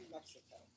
Mexico